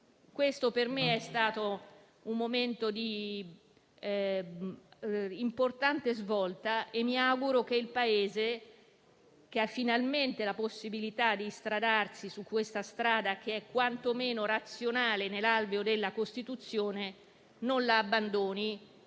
Questo per me è stato un momento di importante svolta e mi auguro che il Paese, che ha finalmente la possibilità di instradarsi su questa strada, che è quantomeno razionale e posta nell'alveo nella Costituzione, non la abbandoni